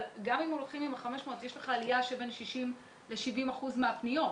גם אם הולכים עם ה-500 יש לך עלייה של בין 60%-70% בפניות.